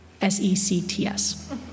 S-E-C-T-S